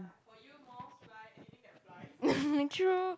true